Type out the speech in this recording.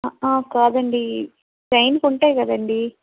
కాదండి చైన్కుంటాయి కదండీ